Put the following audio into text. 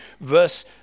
verse